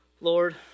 Lord